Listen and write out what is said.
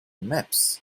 maps